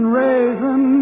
raisin